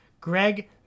Greg